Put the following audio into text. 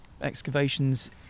excavations